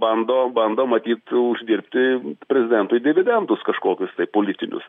bando bando matyt uždirbti prezidentui dividendus kažkokius tai politinius